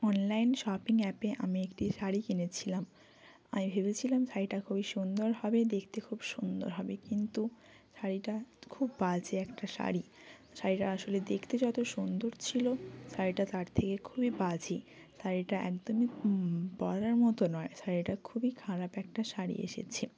online shopping অ্যাপে আমি একটি শাড়ি কিনেছিলাম আমি ভেবেছিলাম শাড়িটা খুবই সুন্দর হবে দেখতে খুব সুন্দর হবে কিন্তু শাড়িটা খুব বাজে একটা শাড়ি শাড়িটা আসলে দেখতে যত সুন্দর ছিলো শাড়িটা তার থেকে খুবই বাজে শাড়িটা একদমই পরার মতো নয় শাড়িটা খুবই খারাপ একটা শাড়ি এসেছে